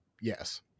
Yes